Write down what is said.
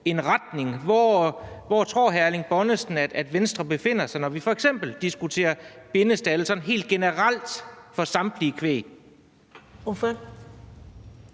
en retning: Hvor tror hr. Erling Bonnesen, at Venstre befinder sig, når vi f.eks. diskuterer bindestalde sådan helt generelt for samtlige kvæg?